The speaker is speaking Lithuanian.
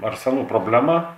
arseno problema